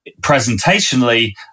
presentationally